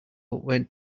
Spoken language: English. went